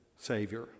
Savior